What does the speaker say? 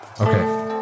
Okay